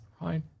Right